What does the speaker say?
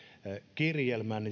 kirjelmän